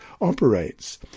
operates